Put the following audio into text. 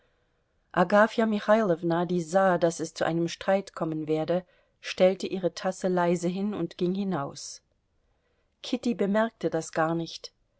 sah daß es zu einem streit kommen werde stellte ihre tasse leise hin und ging hinaus kitty bemerkte das gar nicht